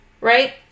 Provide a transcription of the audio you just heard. right